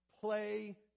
play